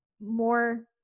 more